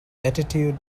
attitude